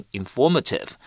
,informative